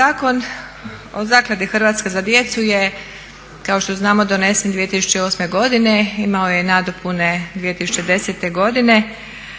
Zakon o Zakladi "Hrvatska za djecu" je kao što znamo donesen 2008. godine, imao je nadopune 2010. godine